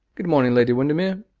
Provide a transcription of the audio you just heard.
good morning, lady windermere.